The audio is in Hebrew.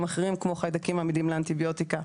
אחרים כמו חיידקים עמידים לאנטיביוטיקה.